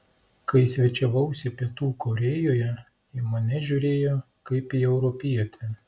kai svečiavausi pietų korėjoje į mane žiūrėjo kaip į europietį